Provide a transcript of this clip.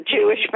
Jewish